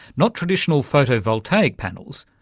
not traditional photovoltaic panels,